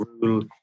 rule